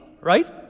right